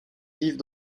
vivent